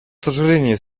сожаление